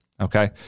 okay